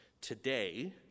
Today